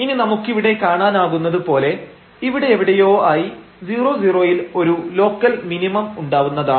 ഇനി നമുക്കിവിടെ കാണാനാകുന്നത് പോലെ ഇവിടെയെവിടെയോ ആയി 00 ൽ ഒരു ലോക്കൽ മിനിമം ഉണ്ടാവുന്നതാണ്